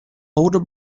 older